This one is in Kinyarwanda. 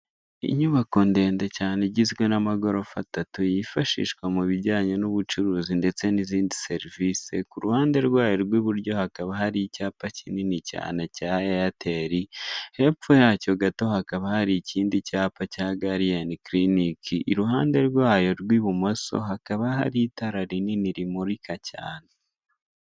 Inyubako ndende cyane igizwe n'amagorofa atatu, yifashishwa mu bijyanye n'ubucuruzi ndetse n'izindi servisi, ku ruhande rwayo rw'iburyo hakaba hari icyapa kinini cyane cya Eyateli, hepfo yacyo gato hakaba hari ikindi cyapa cya Gariyeni Kiriniki, iruhande rwayo rw'ibumoso hakaba hari itara rinini rimurika cyane.